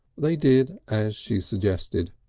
they did as she suggested,